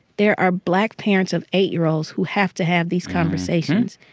there are black parents of eight year olds who have to have these conversations.